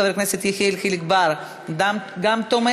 חבר הכנסת יחיאל חיליק בר גם תומך,